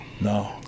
No